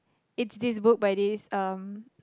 it's this book by this um